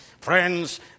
Friends